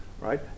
right